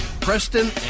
Preston